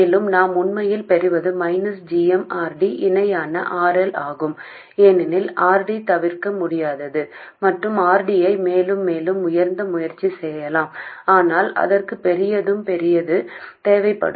மேலும் நாம் உண்மையில் பெறுவது minus g m R D இணையான RL ஆகும் ஏனெனில் R D தவிர்க்க முடியாதது மற்றும் R D ஐ மேலும் மேலும் உயர்த்த முயற்சி செய்யலாம் ஆனால் அதற்கு பெரியதும் பெரியதும் தேவைப்படும்